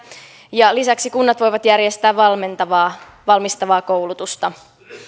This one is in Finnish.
ja lisäksi kunnat voivat järjestää valmistavaa valmistavaa koulutusta